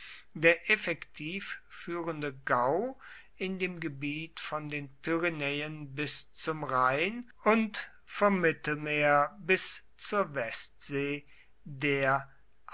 der effektiv führende gau in dem gebiet von den pyrenäen bis zum rhein und vom mittelmeer bis zur westsee der